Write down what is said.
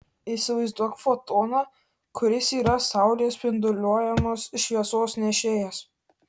įsivaizduok fotoną kuris yra saulės spinduliuojamos šviesos nešėjas